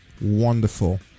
Wonderful